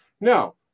No